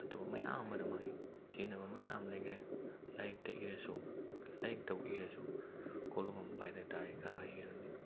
ꯑꯗꯨꯒꯨꯝꯕ ꯃꯌꯥꯝ ꯑꯃꯅ ꯃꯥꯒꯤ ꯁꯤꯖꯤꯟꯅꯐꯝ ꯃꯌꯥꯝ ꯂꯩꯈ꯭ꯔꯦ ꯂꯥꯏꯔꯤꯛꯇ ꯏꯔꯁꯨ ꯂꯥꯏꯔꯤꯛꯇꯕꯨ ꯏꯔꯁꯨ ꯀꯣꯂꯣꯝ ꯄꯥꯏꯗ ꯇꯥꯔꯗꯤ ꯀꯔꯝ ꯍꯥꯏꯅ ꯏꯔꯨꯅꯤ